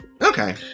Okay